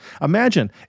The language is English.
Imagine